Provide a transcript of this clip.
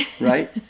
right